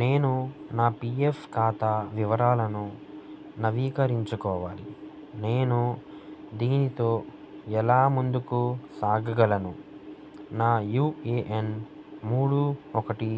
నేను నా P F ఖాతా వివరాలను నవీకరించుకోవాలి నేను దీనితో ఎలా ముందుకు సాగగలను నా యూ ఏ ఎన్ మూడు ఒకటి